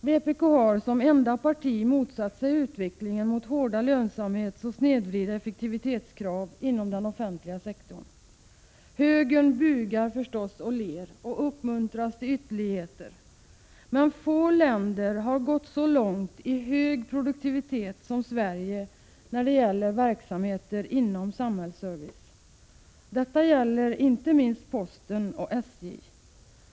Vpk har som enda parti motsatt sig utvecklingen mot hårda lönsamhetsoch snedvridna effektivitetskrav inom den offentliga sektorn. Högern bugar förstås och ler och uppmuntrar till ytterligheter, men få länder har gått så långt i hög produktivitet som Sverige när det gäller verksamheter inom samhällsservice. Detta gäller inte minst posten och SJ.